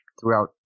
throughout